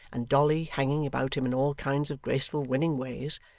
and dolly, hanging about him in all kinds of graceful winning ways,